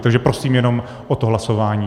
Takže prosím jenom o to hlasování.